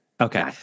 Okay